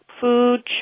food